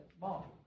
mom